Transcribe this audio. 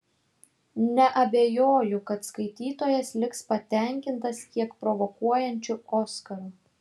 neabejoju kad skaitytojas liks patenkintas kiek provokuojančiu oskaru